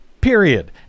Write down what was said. period